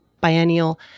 Biennial